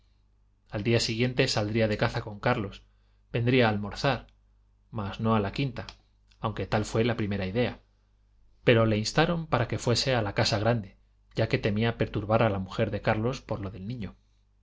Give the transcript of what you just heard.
al día siguiente saldría de caza con carlos vendría a almorzar mas no a la quinta aunque tal fue la primera idea pero le instaran para que fuese a la casa grande ya que temía perturbar a la mujer de carlos por lo del niño en